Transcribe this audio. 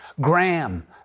Graham